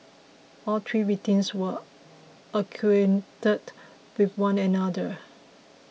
all three victims were acquainted with one another